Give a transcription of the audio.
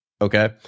Okay